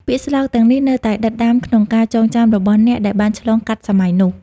ពាក្យស្លោកទាំងនេះនៅតែដិតដាមក្នុងការចងចាំរបស់អ្នកដែលបានឆ្លងកាត់សម័យនោះ។